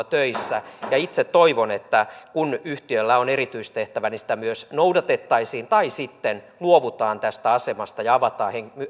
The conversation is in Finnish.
töissä ja itse toivon että kun yhtiöllä on erityistehtävä niin sitä myös noudatettaisiin tai sitten luovutaan tästä asemasta ja avataan